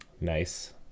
Nice